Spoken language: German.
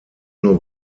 nur